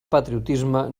patriotisme